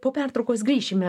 po pertraukos grįšime